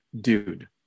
dude